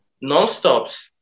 non-stops